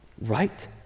right